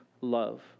love